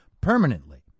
permanently